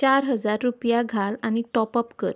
चार हजार रुपया घाल आनी टॉप अप कर